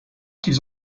qu’ils